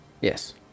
Yes